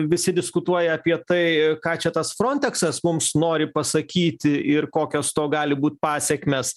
visi diskutuoja apie tai ką čia tas fronteksą mums nori pasakyti ir kokios to gali būt pasekmės